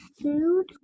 food